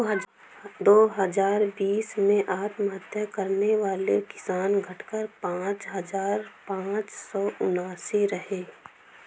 दो हजार बीस में आत्महत्या करने वाले किसान, घटकर पांच हजार पांच सौ उनासी रहे